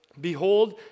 Behold